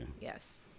Yes